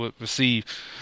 receive